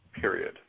period